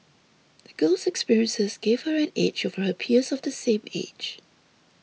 the girl's experiences gave her an edge over her peers of the same age